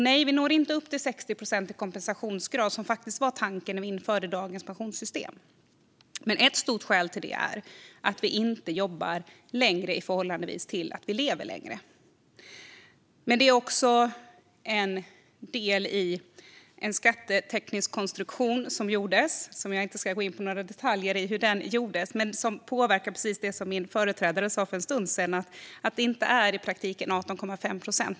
Nej, vi når inte upp till 60 procent i kompensationsgrad, som faktiskt var tanken när vi införde dagens pensionssystem. Ett stort skäl till detta är att vi inte jobbar förhållandevis längre utifrån att vi lever längre. Det är också en del i en skatteteknisk konstruktion som gjordes. Jag ska inte gå in i detalj på hur den gjordes, men den påverkade precis det som min företrädare sa här för en stund sedan, att det i praktiken inte är 18,5 procent.